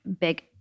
big